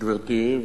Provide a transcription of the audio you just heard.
גברתי,